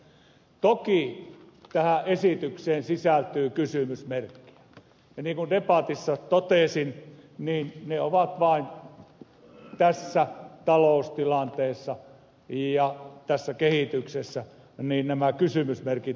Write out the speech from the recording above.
toki tähän esitykseen sisältyy kysymysmerkkejä ja niin kuin debatissa totesin nämä kysymysmerkit ovat tässä taloustilanteessa ja tässä kehityksessä vain suurentuneet